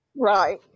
Right